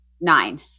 nine